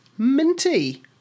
Minty